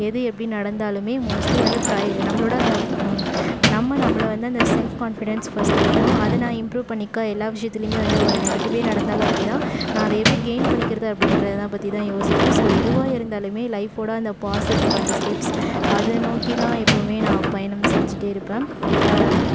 எது எப்படி நடந்தாலுமே மோஸ்ட்லி வந்து ப்ரை நம்மளோடய அந்த நம்ம நம்மளை வந்து அந்த செல்ஃப் கான்ஃபிடன்ஸ் ஃபர்ஸ்ட்டு வேணும் அதை நான் இம்ப்ரூவ் பண்ணிக்க எல்லாம் விஷயத்துலையுமே வந்து ஒரு நெகட்டிவே நடந்தாலும் அப்படிதான் நான் அதை எப்படி கெயின் பண்ணிக்கிறது அப்படின்றத தான் பற்றிதான் யோசிப்பேன் ஸோ எதுவாக இருந்தாலுமே லைஃபோடய அந்த பாசிட்டிவ் அந்த ஸ்டெப்ஸ் அதை நோக்கிதான் எப்பவுமே நான் பயணம் செஞ்சிகிட்டே இருப்பேன்